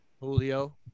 Julio